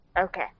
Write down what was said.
Okay